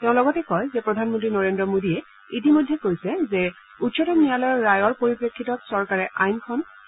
তেওঁ লগতে কয় যে প্ৰধানমন্ত্ৰী নৰেজ্ মোদীয়ে ইতিমধ্যে কৈছে যে উচ্চতম ন্যায়ালয়ৰ ৰায়ৰ পৰিপ্ৰেক্ষিতত চৰকাৰে